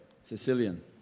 Sicilian